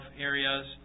areas